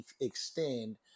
extend